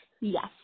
Yes